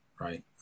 right